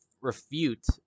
refute